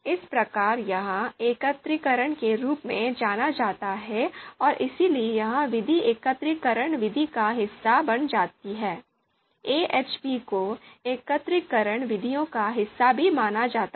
इस प्रकार यहाँ एकत्रीकरण के रूप में जाना जाता है और इसीलिए यह विधि एकत्रीकरण विधि का हिस्सा बन जाती है AHP को एकत्रीकरण विधियों का हिस्सा भी माना जाता है